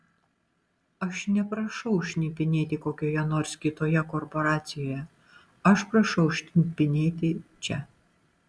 aš neprašau šnipinėti kokioje nors kitoje korporacijoje aš prašau šnipinėti čia